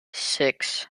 six